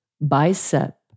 Bicep